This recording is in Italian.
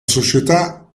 società